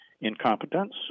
incompetence